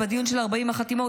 בדיון של 40 חתימות,